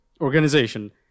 organization